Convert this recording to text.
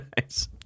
Nice